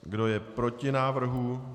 Kdo je proti návrhu?